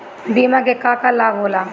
बिमा के का का लाभ होला?